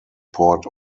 port